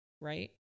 right